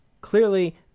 clearly